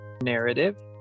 narrative